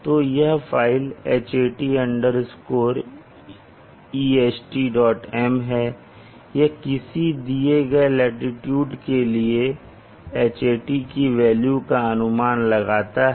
तो यह file hat estm है यह किसी दिए गए लाटीट्यूड के लिए Hat की वेल्यू का अनुमान लगाता है